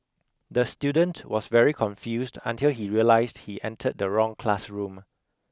the student was very confused until he realised he entered the wrong classroom